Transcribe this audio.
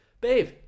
babe